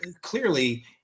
clearly